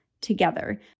together